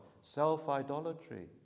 Self-idolatry